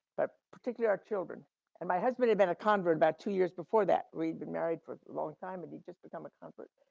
but particularly our children and my husband had been a convert about two years before that. we'd been married for a long time and he just become a convert.